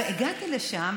אבל הגעתי לשם,